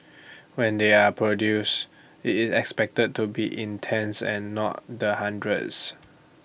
when they are produced IT is expected to be in tens and not the hundreds